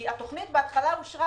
התוכנית בהתחלה אושרה,